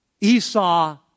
Esau